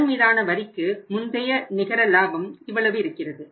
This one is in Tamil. கடன்மீதான வரிக்கு முந்தைய நிகரலாபம் இவ்வளவு இருக்கிறது